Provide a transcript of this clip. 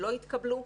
שלא התקבלו.